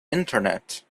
internet